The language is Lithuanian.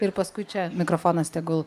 ir paskui čia mikrofonas tegul